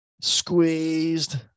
squeezed